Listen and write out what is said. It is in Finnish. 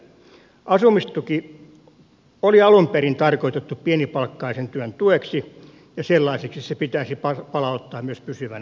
asumistuki oli alunperin tarkoitettu pienipalkkaisen työn tueksi ja sellaiseksi se pitäisi palauttaa myös pysyvänä tukena